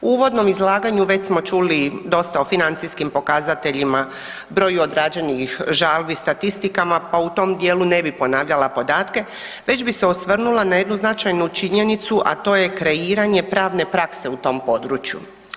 U uvodnom izlaganju već smo čuli dosta o financijskim pokazateljima, broju odrađenih žalbi, statistikama, pa u tom dijelu ne bih ponavljala podatke, već bi se osvrnula na jednu značajnu činjenicu, a to je kreiranje pravne prakse u tom području.